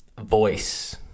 voice